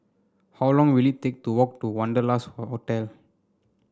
how long will it take to walk to Wanderlust Hotel